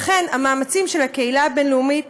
לכן, המאמצים של הקהילה הבין-לאומית